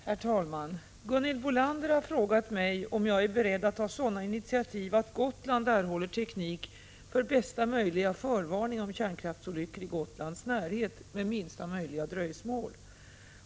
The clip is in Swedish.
Herr talman! Gunhild Bolander har frågat mig om jag är beredd att ta sådana initiativ att Gotland erhåller teknik för bästa möjliga förvarning om kärnkraftsolyckor i Gotlands närhet med minsta möjliga dröjsmål.